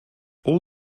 all